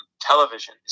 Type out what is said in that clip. television